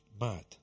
mad